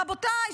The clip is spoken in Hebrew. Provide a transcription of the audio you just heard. רבותיי,